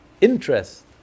interest